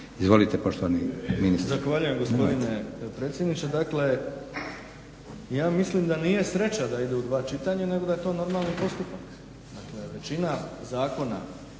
Izvolite poštovani ministre.